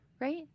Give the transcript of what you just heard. Right